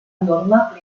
norma